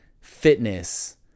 fitness